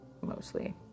mostly